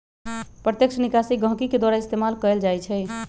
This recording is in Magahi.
प्रत्यक्ष निकासी गहकी के द्वारा इस्तेमाल कएल जाई छई